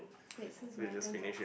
wait so is my turn to ask